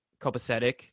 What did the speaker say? Copacetic